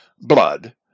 blood